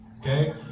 Okay